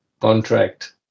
contract